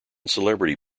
celebrity